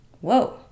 Whoa